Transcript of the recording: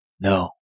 No